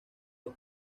los